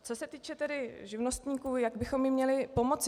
Co se týče tedy živnostníků, jak bychom jim měli pomoci.